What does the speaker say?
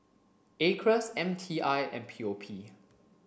Acres M T I and P O P